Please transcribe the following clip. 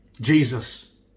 Jesus